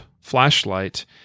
flashlight